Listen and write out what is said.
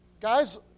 guys